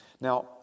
Now